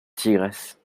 tigresse